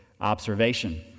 observation